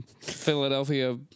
Philadelphia